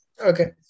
Okay